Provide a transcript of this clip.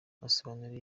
asobanura